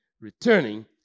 Returning